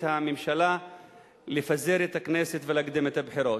הממשלה לפזר את הכנסת ולהקדים את הבחירות.